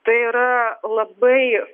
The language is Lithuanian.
tai yra labai